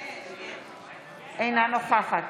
אינה נוכחת